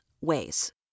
ways